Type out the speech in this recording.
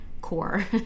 core